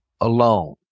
alone